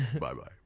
Bye-bye